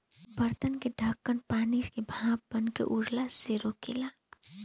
बर्तन के ढकन पानी के भाप बनके उड़ला से रोकेला